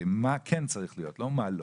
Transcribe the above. מה כן צריך להיות, לא מה לא,